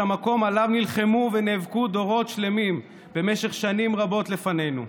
המקום שעליו נלחמו ונאבקו דורות שלמים במשך שנים רבות לפנינו.